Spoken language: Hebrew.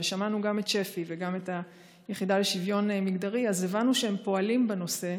שמענו גם את שפ"י וגם את היחידה לשוויון מגדרי והבנו שהם פועלים בנושא,